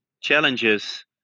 challenges